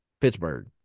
Pittsburgh